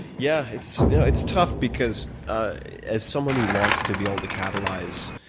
yeah, it's no, it's tough because as someone who wants to be able to catalyze